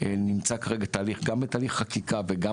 נמצא כרגע תהליך גם בתהליך חקיקה וגם